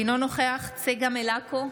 אינו נוכח צגה מלקו,